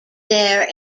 there